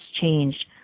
changed